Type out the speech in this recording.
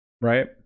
right